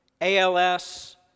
ALS